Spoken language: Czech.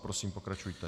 Prosím, pokračujte.